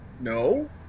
No